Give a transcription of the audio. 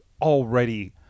already